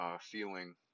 feeling